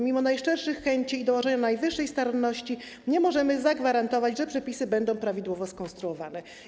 Mimo najszczerszych chęci i dołożenia najwyższej staranności nie możemy zagwarantować, że przepisy będą prawidłowo skonstruowane.